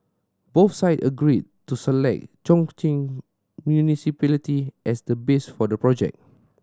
both side agreed to select Chongqing Municipality as the base for the project